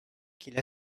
qu’il